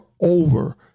over